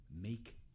make